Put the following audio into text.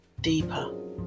deeper